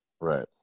Right